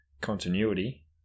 continuity